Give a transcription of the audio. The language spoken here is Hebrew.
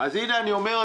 הנה אני אומר,